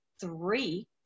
three